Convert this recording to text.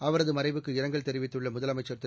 அவரது மறைவுக்கு இரங்கல் தெரிவித்துள்ள முதலமைச்சர் திரு